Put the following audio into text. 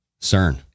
CERN